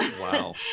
Wow